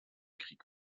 krieg